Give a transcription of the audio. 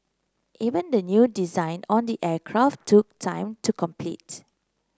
even the new design on the aircraft took time to complete